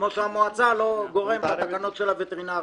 כמו שהמועצה היא לא גורם בתקנות של הווטרינריה.